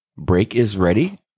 breakisready